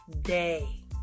day